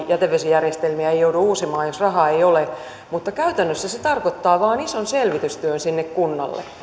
jätevesijärjestelmiä ei joudu uusimaan jos rahaa ei ole mutta käytännössä se tarkoittaa vain isoa selvitystyötä sinne kunnalle